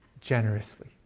generously